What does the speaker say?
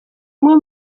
umwe